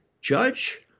judge